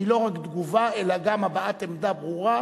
שהיא לא רק תגובה אלא גם הבעת עמדה ברורה